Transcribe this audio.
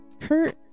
Kurt